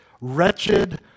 wretched